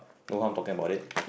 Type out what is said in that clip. no harm talking about it